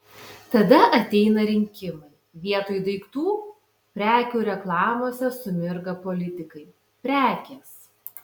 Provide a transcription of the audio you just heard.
tada ateina rinkimai vietoj daiktų prekių reklamose sumirga politikai prekės